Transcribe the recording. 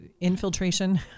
infiltration